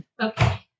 Okay